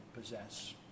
possess